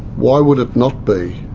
why would it not be,